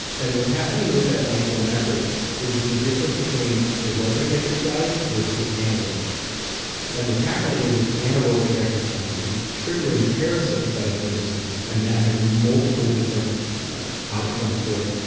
and what's happening with that isometrics is that it's the difference between aerobic exercise versus anaerobic and what's happening and with anaerobic exercise is, it's triggering the parasympathetic nervous system and that has multiple different outcomes for it,